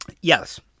Yes